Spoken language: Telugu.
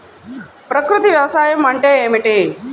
ప్రకృతి వ్యవసాయం అంటే ఏమిటి?